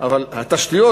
אבל התשתיות,